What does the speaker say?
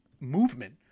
movement